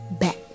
back